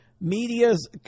medias